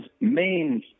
main